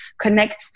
connect